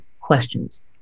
questions